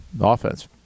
Offense